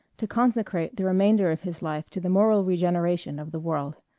to consecrate the remainder of his life to the moral regeneration of the world.